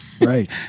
Right